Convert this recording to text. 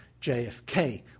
JFK